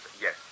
yes